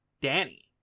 Danny